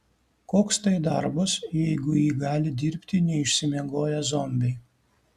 koks tai darbas jeigu jį gali dirbti neišsimiegoję zombiai